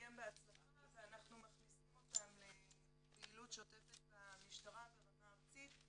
הסתיים בהצלחה ואנחנו מכניסים אותן לפעילות שוטפת במשטרה ברמה ארצית,